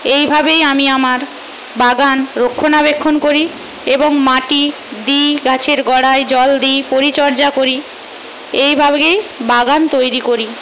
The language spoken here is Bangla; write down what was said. এইভাবেই আমি আমার বাগান রক্ষণাবেক্ষণ করি এবং মাটি দিই গাছের গোঁড়ায় জল দিই পরিচর্যা করি এইভাবেই বাগান তৈরি করি